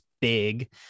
big